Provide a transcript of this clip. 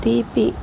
తీపి